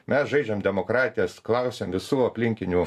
mes žaidžiam demokratijas klausiam visų aplinkinių